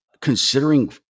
considering